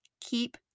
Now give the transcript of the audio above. Keep